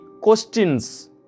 questions